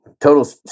Total